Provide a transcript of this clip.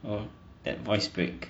oh that voice break